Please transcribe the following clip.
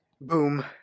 Boom